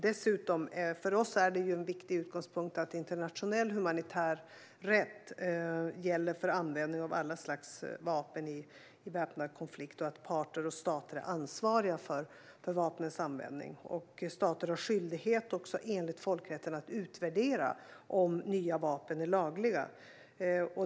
Dessutom är det en viktig utgångspunkt för oss att internationell humanitär rätt gäller för användning av alla slags vapen i väpnad konflikt och att parter och stater är ansvariga för vapnens användning. Stater har också enligt folkrätten skyldighet att utvärdera om nya vapen är lagliga.